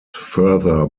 further